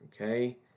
okay